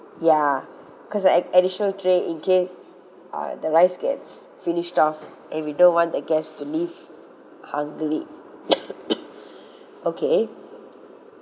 ya because ad~ additional tray in case uh the rice gets finished off and we don't want the guests to leave hungry okay